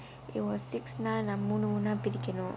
it was six நா மூணு மூணா பிரிக்கனும்:naa moonu moonaa pirikkanum